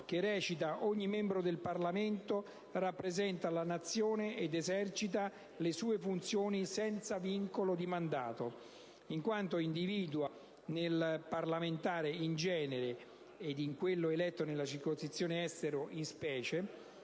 (che recita: «Ogni membro del Parlamento rappresenta la Nazione ed esercita le sue funzioni senza vincolo di mandato»), in quanto individua nel parlamentare in genere - ed in quello eletto nella circoscrizione Estero in specie